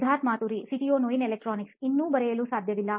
Siddharth Maturi CEO ನೋಯಿನ್ electronics ಇನ್ನು ಬರೆಯಲು ಸಾಧ್ಯವಿಲ್ಲ